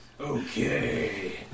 Okay